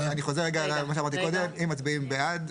אני חוזר רגע על מה שאמרתי קודם אם מצביעים בעד,